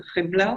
בחמלה.